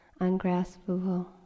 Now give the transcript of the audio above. ungraspable